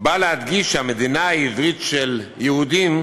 באה להדגיש שהמדינה העברית של יהודים,